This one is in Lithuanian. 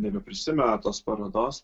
nebeprisimena tos parodos